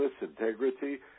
integrity